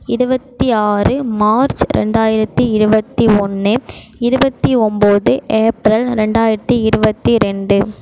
இருபத்தி ஆறு மார்ச் ரெண்டாயிரத்து இருபத்தி ஒன்று இருபத்தி ஒம்பது ஏப்ரல் ரெண்டாயிரத்தி இருபத்தி ரெண்டு